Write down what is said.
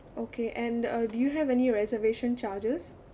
okay and uh do you have any reservation charges